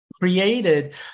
created